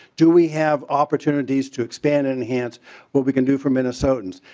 do we have opportunities to expand and and has what we can do for minnesotans.